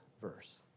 verse